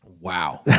Wow